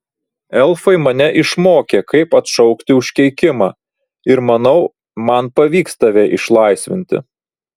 elfai mane išmokė kaip atšaukti užkeikimą ir manau man pavyks tave išlaisvinti